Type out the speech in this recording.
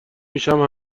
میشم